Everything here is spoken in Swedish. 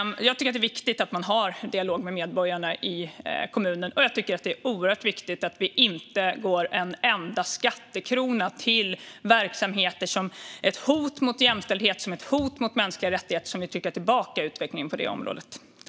Jag tycker att det är viktigt att man har en dialog med medborgarna i kommunen, och jag tycker att det är oerhört viktigt att det inte går en enda skattekrona till verksamheter som är ett hot mot jämställdhet och mot mänskliga rättigheter och som vill trycka tillbaka utvecklingen på det området.